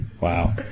Wow